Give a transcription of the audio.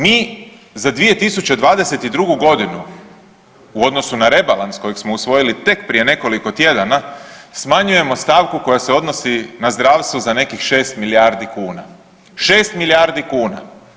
Mi za 2022. godinu u odnosu na rebalans kojeg smo usvojili tek prije nekoliko tjedana smanjujemo stavku koja se odnosi na zdravstvo za nekih 6 milijardi kuna, 6 milijardi kuna.